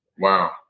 Wow